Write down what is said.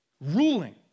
ruling